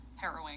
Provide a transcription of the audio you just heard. harrowing